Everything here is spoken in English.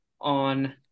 on